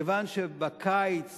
כי בקיץ